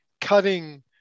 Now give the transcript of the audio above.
cutting